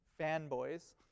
fanboys